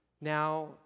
now